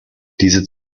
diese